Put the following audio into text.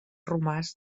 romàs